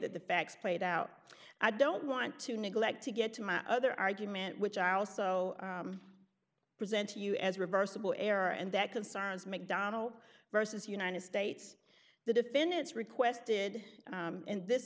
that the facts played out i don't want to neglect to get to my other argument which i also present to you as reversible error and that consigns mcdonald versus united states the defendants requested and this